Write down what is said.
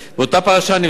באותה פרשה נפסק,